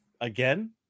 again